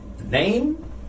Name